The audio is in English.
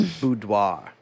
boudoir